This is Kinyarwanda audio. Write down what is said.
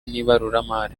n’ibaruramari